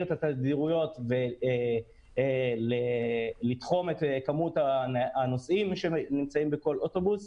את התדירויות ולתחום את כמות הנוסעים שנמצאים בכל אוטובוס.